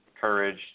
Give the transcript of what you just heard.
courage